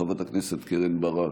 חברת הכנסת קרן ברק,